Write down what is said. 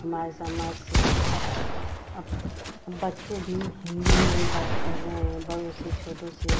हमारे समाज से अब तो अब अब बच्चे भी हिन्दी में ही बात कर रहे हैं बड़ों से छोटों से